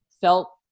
felt